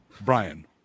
Brian